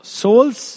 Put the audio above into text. souls